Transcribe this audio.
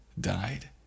died